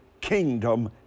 kingdom